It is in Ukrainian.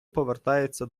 повертається